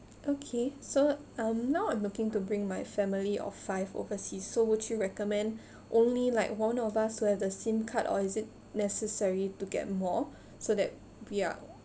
okay so um now I'm looking to bring my family of five overseas so would you recommend only like one of us will have the SIM card or is it necessary to get more so that we are